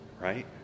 Right